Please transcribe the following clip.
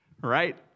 right